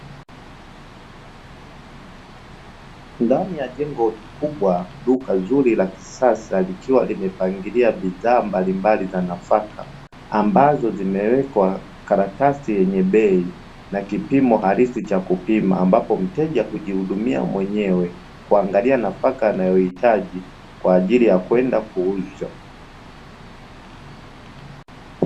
Ndani ya jengo kubwa duka zuri la kisasa likiwa limepangilia bidhaa mbalimbali za nafaka. Ambazo zimewekwa karatasi yenye bei na kipimo halisi cha kupima, ambapo mteja hujihudumia mwenyewe kuangalia nafaka anayohitaji kwa ajili ya kwenda kuuza.